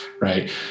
right